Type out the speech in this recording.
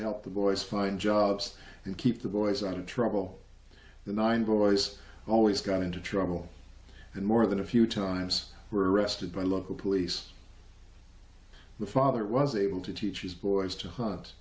help the boys find jobs and keep the boys on trouble the nine boys always got into trouble and more than a few times were arrested by local police the father was able to teach these boys to ho